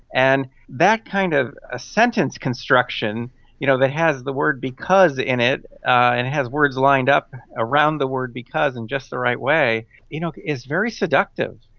and that kind of ah sentence construction you know that has the word because in it and it has words lined up around the word because in just the right way you know is very seductive.